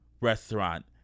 restaurant